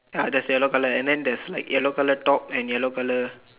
ya there's yellow colour and then there's like yellow colour top and yellow colour